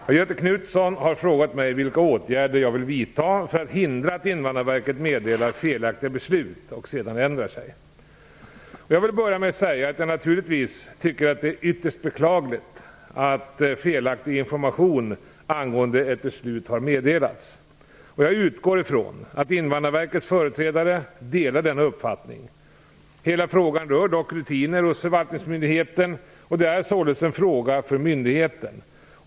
Herr talman! Göthe Knutson har frågat mig vilka åtgärder jag vill vidta för att hindra att Invandrarverket meddelar felaktiga beslut och sedan ändrar sig. Jag vill börja med att säga att jag naturligtvis tycker att det är ytterst beklagligt att felaktig information angående ett beslut har meddelats. Jag utgår från att Invandrarverkets företrädare delar denna uppfattning. Hela frågan rör dock rutiner hos förvaltningsmyndigheten, och det är således en fråga för myndigheten.